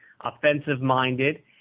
offensive-minded